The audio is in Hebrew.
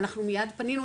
אנחנו מייד פנינו,